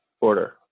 order